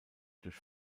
durch